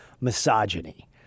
misogyny